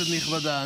כנסת נכבדה,